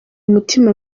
umutima